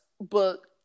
book